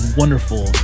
wonderful